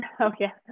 okay